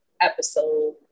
episode